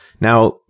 Now